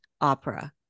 opera